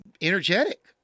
energetic